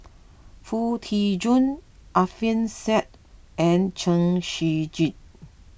Foo Tee Jun Alfian Sa'At and Chen Shiji